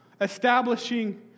establishing